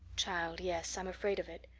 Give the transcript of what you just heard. child, yes, i'm afraid of it.